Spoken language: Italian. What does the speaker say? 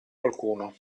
qualcuno